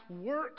work